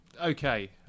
Okay